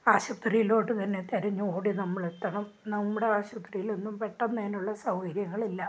ആശുപത്രിയിലോട്ട് തന്നെ തിരഞ്ഞ് ഓടി നമ്മൾ എത്തണം നമ്മുടെ ആശുപത്രിയിലൊന്നും പെട്ടെന്ന് അതിനുള്ള സൗകര്യങ്ങളില്ല